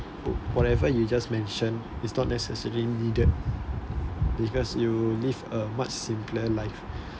whatever you just mention it's not necessary needed because you live a much simpler life